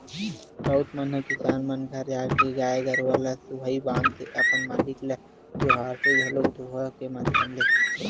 राउत मन ह किसान मन घर जाके गाय गरुवा ल सुहाई बांध के अपन मालिक ल जोहारथे घलोक दोहा के माधियम ले